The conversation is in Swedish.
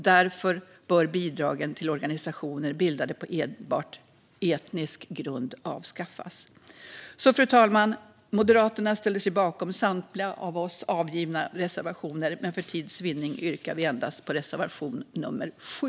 Därför bör bidragen till organisationer bildade på enbart etnisk grund avskaffas. Fru talman! Moderaterna ställer sig bakom samtliga av oss avgivna reservationer, men för tids vinning yrkar vi bifall endast till reservation 7.